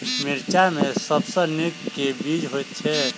मिर्चा मे सबसँ नीक केँ बीज होइत छै?